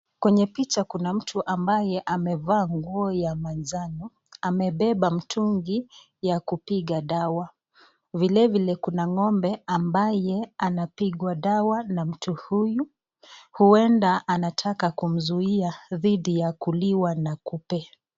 Kwenye picha kuna mtu ambaye amevaa nguo ya manjano amebeba mtungi ya kupiga dawa. Vilevile kuna ng'ombe ambaye anapigwa dawa na mtu huyu, huenda anataka kumzuia dhidi ya kuliwa na kupe.